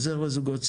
עוזר לזוגות צעירים,